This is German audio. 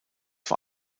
vor